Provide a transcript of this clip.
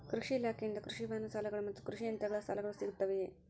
ಕೃಷಿ ಇಲಾಖೆಯಿಂದ ಕೃಷಿ ವಾಹನ ಸಾಲಗಳು ಮತ್ತು ಕೃಷಿ ಯಂತ್ರಗಳ ಸಾಲಗಳು ಸಿಗುತ್ತವೆಯೆ?